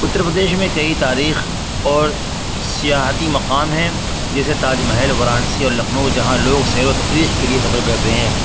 اتّر پردیش میں کئی تاریخ اور سیاحتی مقام ہیں جیسے تاج محل وارانسی اور لکھنؤ جہاں لوگ سیر و تفریح کے لیے سفر کرتے ہیں